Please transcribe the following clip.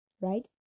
right